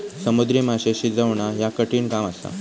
समुद्री माशे शिजवणा ह्या कठिण काम असा